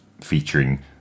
featuring